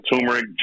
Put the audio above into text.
turmeric